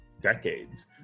decades